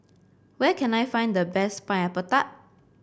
where can I find the best Pineapple Tart